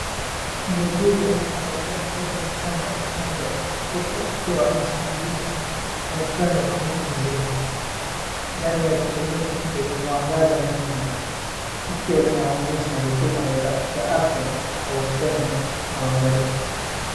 Muuguzi anampatia mtoto mchanga chanjo huku akiwa ameshikiliwa kwa upendo na mtu mzima. Ndani ya kliniki yenye mwangaza mingi. Tukio linaonyesha huduma ya afya kwa upendo na uangalifu.